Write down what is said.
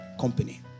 company